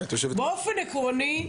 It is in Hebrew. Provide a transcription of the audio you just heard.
באופן עקרוני,